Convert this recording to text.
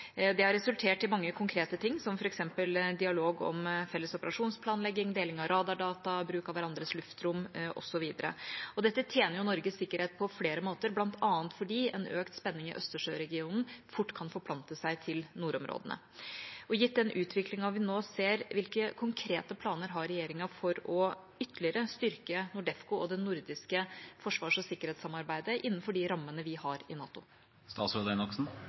Det har resultert i mange konkrete ting, som f.eks. dialog om felles operasjonsplanlegging, deling av radardata, bruk av hverandres luftrom, osv. Dette tjener Norges sikkerhet på flere måter, bl.a. fordi en økt spenning i Østersjøregionen fort kan forplante seg til nordområdene. Gitt den utviklingen vi nå ser, hvilke konkrete planer har regjeringa for ytterligere å styrke NORDEFCO og det nordiske forsvars- og sikkerhetssamarbeidet innenfor de rammene vi har i